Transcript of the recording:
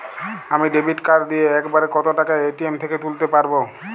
আমি debit card দিয়ে এক বারে কত টাকা এ.টি.এম থেকে তুলতে পারবো?